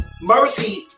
Mercy